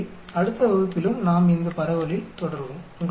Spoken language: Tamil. எனவே அடுத்த வகுப்பிலும் நாம் இந்த பரவலில் தொடருவோம்